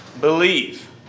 believe